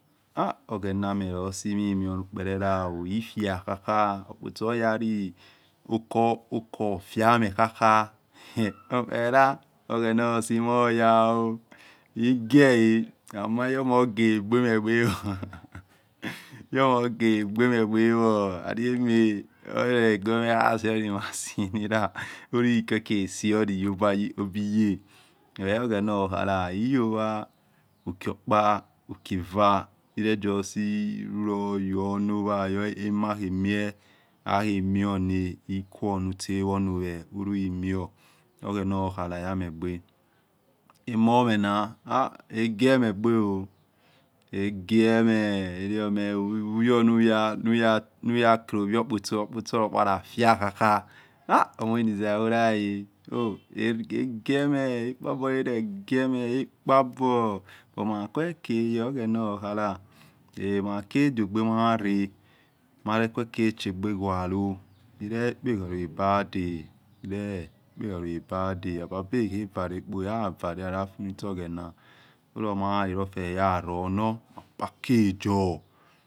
Oghenameh losimimehohukpelela oh ififakhakha opotso oya ruko fiame khakha onukpelela oghena losi mimhoya egieh eh ama iyoma hudegbeme gbe igomadegbemegbewor lali iyoma hugueme mehase oni machine la hilikue ke scorli yebige well oghena khaha iyowa uki okpa uki eva hilu layonowa emakhemie akhemiona, hi quanutse wonowe hilimion oghena okhala yamegbe amor me egieh me gbe oh ogieh meh uyonuyakeleiho opotso uya fia khakha ha onizaivo la egieh me ere gieh meh ekpabo rare giomeh ekpabo but makuokeheyor oghena okhata makoduagbemare marekuekeche gbegualo ekpekholo ebada ole okpekhoto ababehevarokpo ola vare lalo afunisho oghena hilomayayalikie run hor mah package oh.